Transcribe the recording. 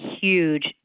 huge